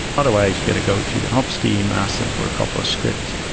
otherwise you got to go to the ops team, ask them for a couple of scripts.